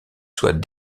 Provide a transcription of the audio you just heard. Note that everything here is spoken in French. soient